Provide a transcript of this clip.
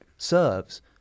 Serves